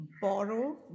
borrow